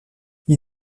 ils